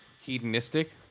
Hedonistic